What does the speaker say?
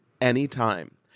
anytime